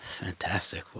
Fantastic